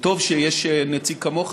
וטוב שיש נציג כמוך,